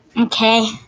Okay